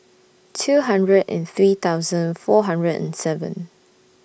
two hundred and three thousand four hundred and seven